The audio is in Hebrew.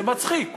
זה מצחיק,